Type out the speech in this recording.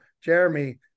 jeremy